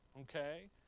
okay